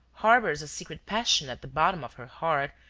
harbours a secret passion at the bottom of her heart,